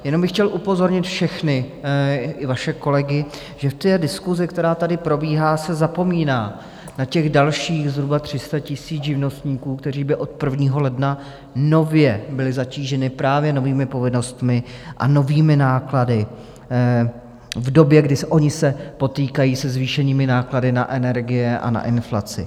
Jenom bych chtěl upozornit všechny, i vaše kolegy, že v diskusi, která tady probíhá, se zapomíná na těch dalších zhruba 300 000 živnostníků, kteří by od 1. ledna nově byli zatíženi právě novými povinnostmi a novými náklady, v době, kdy oni se potýkají se zvýšenými náklady na energie a na inflaci.